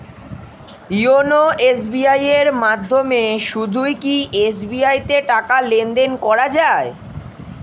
YONO SBI এর মাধ্যমে শুধুই কি এস.বি.আই তে টাকা লেনদেন করা যায়?